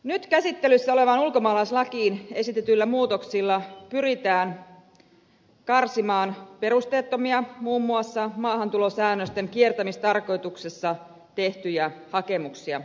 nyt käsittelyssä olevaan ulkomaalaislakiin esitetyillä muutoksilla pyritään karsimaan perusteettomia muun muassa maahantulosäännösten kiertämistarkoituksessa tehtyjä hakemuksia